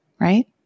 right